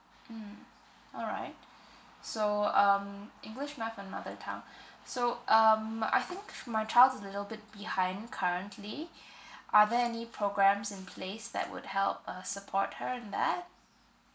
mm alright so um english math and mother tongue so um I think my child's a little bit behind currently are there any programmes in place that would help uh support her in that